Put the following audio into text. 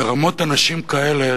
לרמות אנשים כאלה